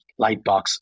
Lightbox